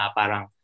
parang